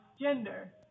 gender